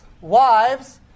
wives